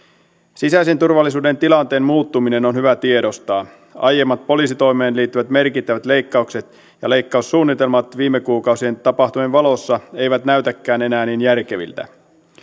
sisäisen turvallisuuden tilanteen muuttuminen on hyvä tiedostaa aiemmat poliisitoimeen liittyvät merkittävät leikkaukset ja leikkaussuunnitelmat viime kuukausien tapahtumien valossa eivät näytäkään enää niin järkeviltä